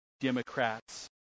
Democrats